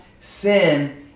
sin